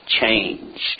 changed